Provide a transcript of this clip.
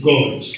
God